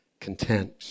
content